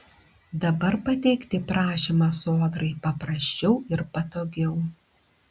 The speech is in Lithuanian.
dabar pateikti prašymą sodrai paprasčiau ir patogiau